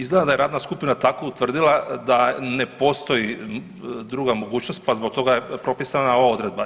Izgleda da je radna skupina tako utvrdila da ne postoji druga mogućnost pa zbog toga je propisana ova odredba.